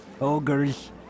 ogres